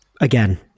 Again